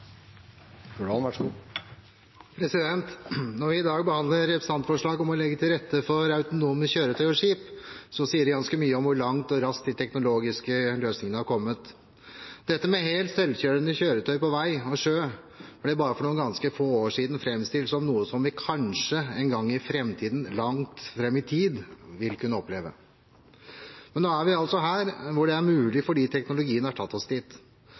Når vi i dag behandler et representantforslag om å legge til rette for autonome kjøretøy og skip, sier det ganske mye om hvor langt og raskt de teknologiske løsningene har kommet. Helt selvkjørende kjøretøy på vei og sjø ble for bare noen ganske få år siden framstilt som noe som vi kanskje en gang i framtiden, langt fram i tid, ville kunne få oppleve. Men nå er vi altså der at det er mulig fordi teknologien har tatt oss dit.